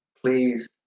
Please